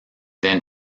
then